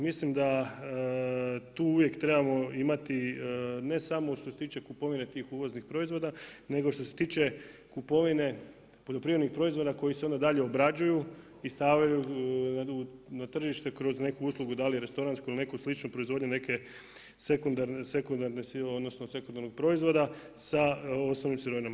Mislim da tu uvijek trebamo imati ne samo što se tiče kupovine tih uvoznih proizvoda, nego što se tiče kupovine poljoprivrednih proizvoda koji se onda dalje obrađuju i stavljaju na tržište kroz neku uslugu da li restoransku ili neku sličnu proizvodnju neke sekundarne odnosno sekundarnog proizvoda sa osnovnim sirovinama.